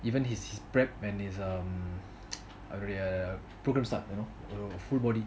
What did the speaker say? even his prep and his programme start you know full body